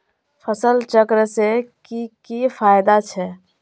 फसल चक्र से की की फायदा छे?